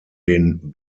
den